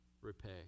repay